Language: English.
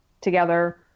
together